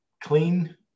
clean